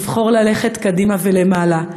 לבחור ללכת קדימה ולמעלה,